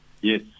Yes